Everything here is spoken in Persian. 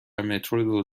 مترو